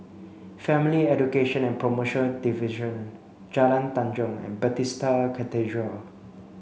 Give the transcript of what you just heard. Family Education and Promotion Division Jalan Tanjong and Bethesda Cathedral